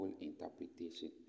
interpretation